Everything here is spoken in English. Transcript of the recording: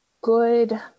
good